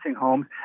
homes